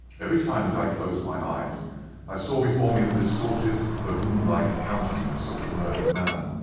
every time that i closed my eyes i saw before me the distorted baboon-like countenance of the murdered man.